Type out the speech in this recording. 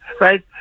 right